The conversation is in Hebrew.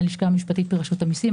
מהלשכה המשפטית ברשות המיסים,